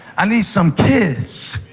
i need some kids.